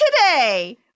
today